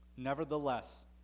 Nevertheless